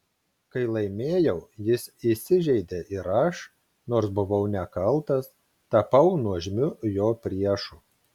kai laimėjau jis įsižeidė ir aš nors buvau nekaltas tapau nuožmiu jo priešu